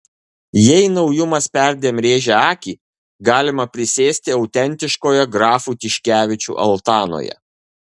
jei naujumas perdėm rėžia akį galima prisėsti autentiškoje grafų tiškevičių altanoje